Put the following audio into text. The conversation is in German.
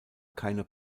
keine